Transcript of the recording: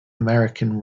american